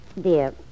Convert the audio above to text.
Dear